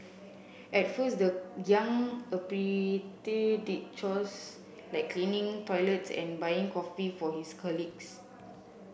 at first the young apprentice did chores like cleaning toilets and buying coffee for his colleagues